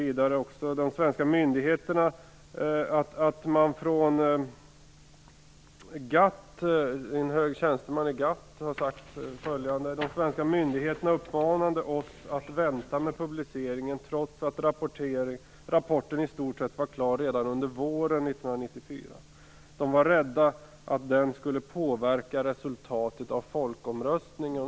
Vidare säger man att en hög tjänsteman i GATT har sagt följande: De svenska myndigheterna uppmanade oss att vänta med publiceringen trots att rapporten i stort sett var klar redan under våren 1994. De var rädda att den skulle påverka resultatet av folkomröstningen.